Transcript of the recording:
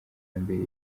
mbere